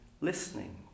listening